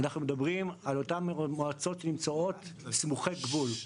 אנחנו מדברים על אותן מועצות שנמצאות סמוכי גבול.